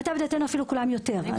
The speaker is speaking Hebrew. למיטב ידיעתנו, כולם אפילו יותר.